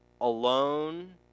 alone